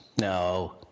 No